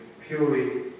purely